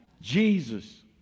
Jesus